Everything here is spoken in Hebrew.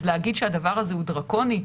אז להגיד שהדבר הזה הוא דרקוני?